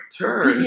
turn